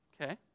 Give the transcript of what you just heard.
Okay